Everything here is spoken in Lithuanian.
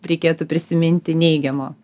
reikėtų prisiminti neigiamo